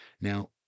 Now